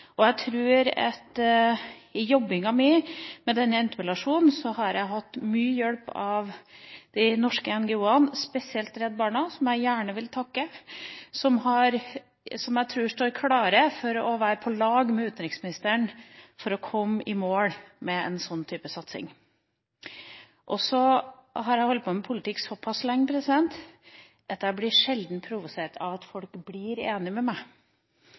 I jobbinga mi med denne interpellasjonen har jeg hatt mye hjelp av de norske NGO-ene, spesielt Redd Barna, som jeg gjerne vil takke, som jeg tror står klar for å være på lag med utenriksministeren for å komme i mål med en sånn type satsing. Så har jeg holdt på med politikk såpass lenge at jeg sjelden